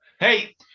Hey